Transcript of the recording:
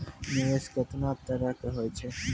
निवेश केतना तरह के होय छै?